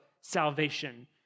salvation